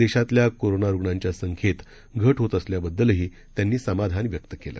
देशातल्या कोरोनारुग्णांच्या संख्येत घट होत असल्याबद्दलही त्यांनी समाधान व्यक्त केलं